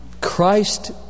Christ